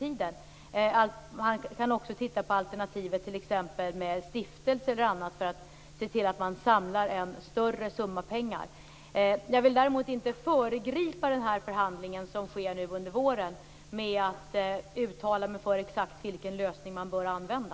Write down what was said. Han kan också titta på alternativet med exempelvis stiftelser för att se till att man samlar en större summa pengar. Jag vill däremot inte föregripa den förhandling som sker nu under våren med att uttala mig för exakt vilken lösning man bör använda.